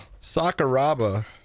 Sakuraba